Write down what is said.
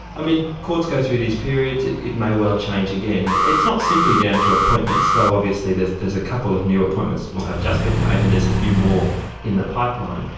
i mean courts go through these periods, it may well change again, and it's not simply down to appointments, though obviously there's there's a couple of new appointments will have just been made, and there's a few more in the pipeline.